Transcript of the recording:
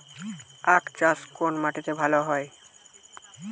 আখ চাষ কোন মাটিতে ভালো হয়?